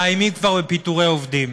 מאיימים כבר בפיטורי עובדים.